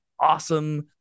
awesome